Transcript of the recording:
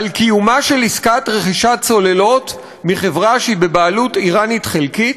לקיומה של עסקת רכישת צוללות מחברה שהיא בבעלות איראנית חלקית?